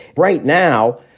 right now,